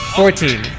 fourteen